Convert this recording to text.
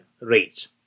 rates